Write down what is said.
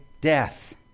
death